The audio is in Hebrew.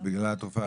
בגלל התרופה הזאת?